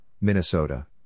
Minnesota